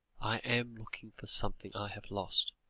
i am looking for something i have lost,